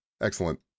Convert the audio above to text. Excellent